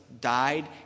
died